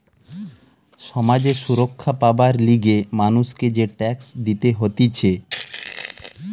সমাজ এ সুরক্ষা পাবার লিগে মানুষকে যে ট্যাক্স দিতে হতিছে